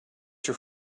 your